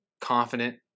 confident